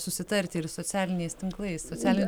susitarti ir socialiniais tinklais socialinių